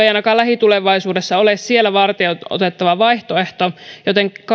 ei ainakaan lähitulevaisuudessa ole siellä varteenotettava vaihtoehto joten